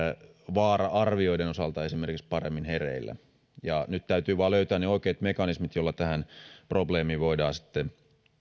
vaara arvioiden osalta paremmin hereillä nyt täytyy vain löytää ne oikeat mekanismit joilla tätä probleemia voidaan sitten